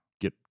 get